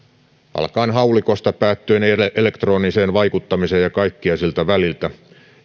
alkaen haulikosta päättyen elektroniseen vaikuttamiseen ja kaikkea siltä väliltä